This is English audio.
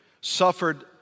suffered